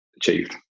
achieved